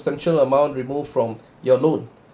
substantial amount removed from your loan